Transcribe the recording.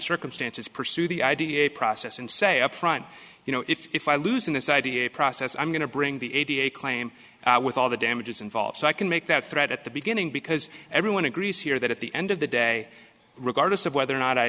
circumstance is pursue the id a process and say up front you know if i lose in this idea process i'm going to bring the eighty eight claim with all the damages involved so i can make that threat at the beginning because everyone agrees here that at the end of the day regardless of whether or not i